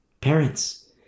Parents